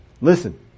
listen